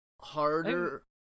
harder